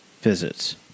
visits